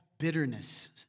Bitterness